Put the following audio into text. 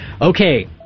Okay